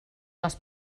les